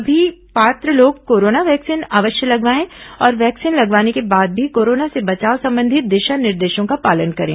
सभी पात्र लोग कोरोना वैक्सीन अवश्य लगवाएं और वैक्सीन लगवाने के बाद भी कोरोना से बचाव संबंधी दिशा निर्देशों का पालन करें